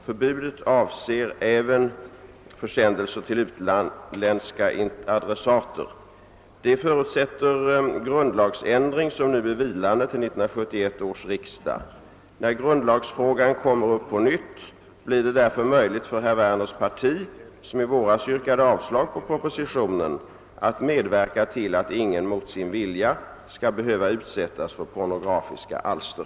Förbudet avser även försändelser till utländska adressater. Det förutsätter grundlagsändring, som nu är vilande till 1971 års riksdag. När grundlagsfrågan kommer upp på nytt blir det därför möjligt för herr Werners parti — som i våras yrkade avslag på propositionen — att medverka till att ingen mot sin vilja skall behöva utsättas för pornografiska alster.